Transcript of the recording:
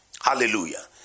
Hallelujah